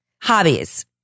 Hobbies